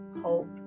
hope